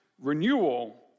renewal